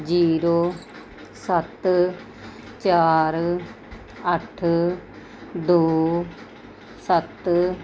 zero ਸੱਤ ਚਾਰ ਅੱਠ ਦੋ ਸੱਤ